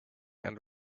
and